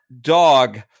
dog